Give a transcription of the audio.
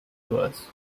was